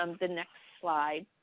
um the next slide.